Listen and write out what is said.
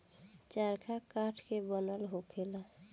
चरखा काठ के बनल होखेला